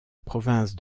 province